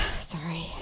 sorry